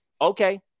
okay